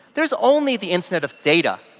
there is only the internet of data.